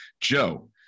Joe